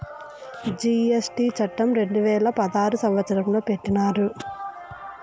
GST చట్టం రెండు వేల పదహారు సంవత్సరంలో పెట్టినారు